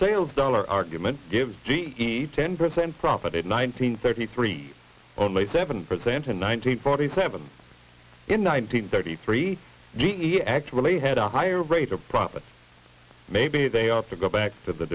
sales dollar argument gives g e ten percent profit at nineteen thirty three only seven percent in one hundred forty seven in nineteen thirty three d actually had a higher rate of profit maybe they ought to go back to the